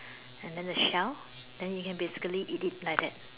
and then the shell then you can basically eat it like that